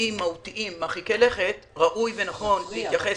לשינויים מהותיים מרחיקי לכת ראוי ונכון להתייחס